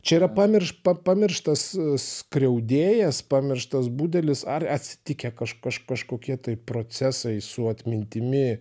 čia yra pamirš pa pamirštas skriaudėjas pamirštas budelis ar atsitikę kaž kaž kažkokie tai procesai su atmintimi